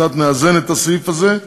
קצת נאזן את הסעיף הזה,